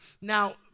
Now